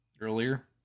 earlier